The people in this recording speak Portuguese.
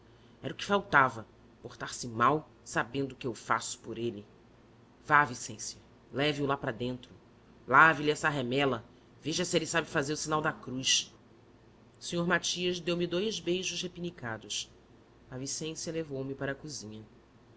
era o que faltava portar se mal sabendo o que eu faço por ele vá vicência leve o lá para dentro lave lhe essa ramela veja se ele sabe fazer o sinal da cruz o senhor matias deu-me dous beijos repenicados a vicência levou-me para a cozinha